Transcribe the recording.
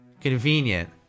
convenient